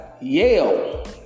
Yale